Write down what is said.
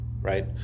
right